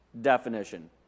definition